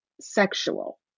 sexual